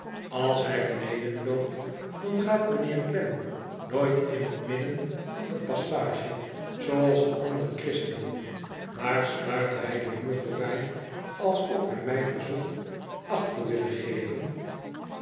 als hij beneden loopt dan gaat meneer klem nooit in t midden van de passage zooals een ander christen maar sluipt den muur voorbij alsof hij mij verzoekt acht te willen geven